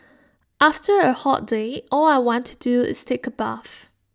after A hot day all I want to do is take A bath